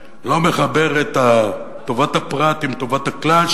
לא מחבר את טובת הפרט עם טובת הכלל,